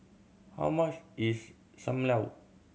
how much is Sam Lau